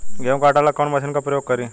गेहूं काटे ला कवन मशीन का प्रयोग करी?